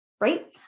Right